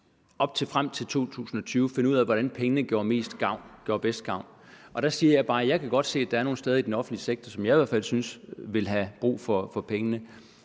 for år frem til år 2020 finde ud af, hvordan pengene gjorde mest gavn, gjorde bedst gavn. Der siger jeg bare, at jeg godt kan se, at der er nogle steder i den offentlige sektor, som jeg i hvert fald synes har brug for pengene,